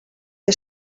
que